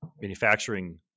manufacturing